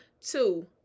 two